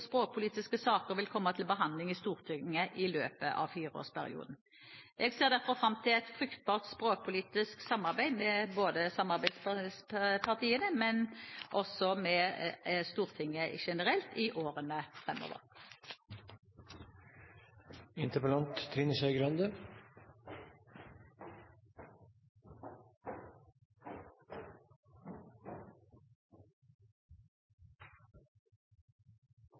språkpolitiske saker vil komme til behandling i Stortinget i løpet av fireårsperioden. Jeg ser derfor fram til et fruktbart språkpolitisk samarbeid med både samarbeidspartiene spesielt og Stortinget generelt i årene